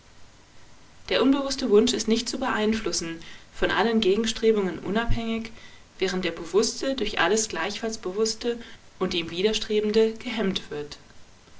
der unbewußte wunsch ist nicht zu beeinflussen von allen gegenstrebungen unabhängig während der bewußte durch alles gleichfalls bewußte und ihm widerstrebende gehemmt wird